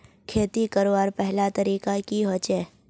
खेती करवार पहला तरीका की होचए?